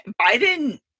biden